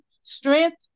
Strength